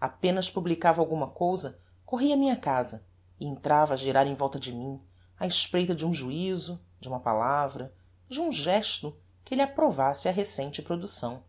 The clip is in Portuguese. apenas publicava alguma cousa corria á minha casa e entrava a girar em volta de mim á espreita de um juizo de uma palavra de um gesto que lhe approvasse a recente producção